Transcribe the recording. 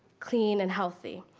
clean, and healthy,